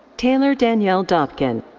taylor danielle dopkin.